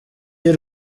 y’u